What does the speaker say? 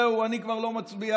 זהו, אני כבר לא מצביעה,